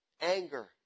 anger